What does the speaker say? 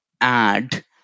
add